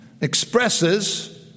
expresses